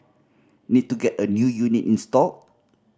need to get a new unit installed